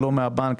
לא מהבנק,